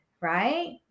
right